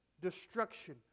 destruction